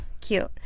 Cute